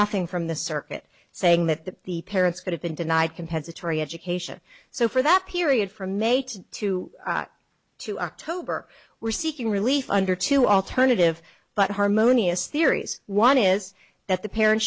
nothing from the circuit saying that that the parents could have been denied compensatory education so for that period from eight to to october were seeking relief under two alternative but harmonious theories one is that the parent